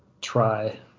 try